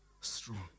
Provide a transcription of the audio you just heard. strong